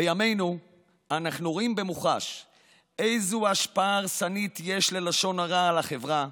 בימינו אנחנו רואים במוחש איזו השפעה הרסנית יש ללשון הרע על החברה.